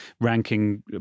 ranking